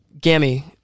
Gammy